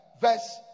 verse